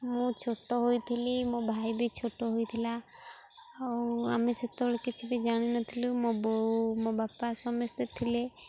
ମୁଁ ଛୋଟ ହୋଇଥିଲି ମୋ ଭାଇ ବି ଛୋଟ ହୋଇଥିଲା ଆଉ ଆମେ ସେତେବେଳେ କିଛି ବି ଜାଣିନଥିଲୁ ମୋ ବୋଉ ମୋ ବାପା ସମସ୍ତେ ଥିଲେ